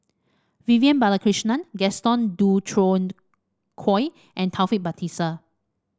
Vivian Balakrishnan Gaston Dutronquoy and Taufik Batisah